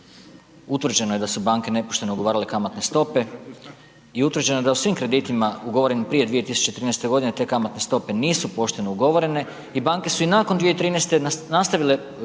utvrđeno je da su banke nepošteno ugovarale kamatne stope, i utvrđeno je da su svim kreditima ugovorenim prije 2013. godine te kamatne stope nisu pošteno ugovorene, i banke su i nakon 2013. nastavile